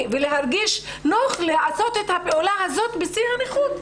ולהרגיש נוח לעשות את הפעולה הזאת בשיא הנוחות.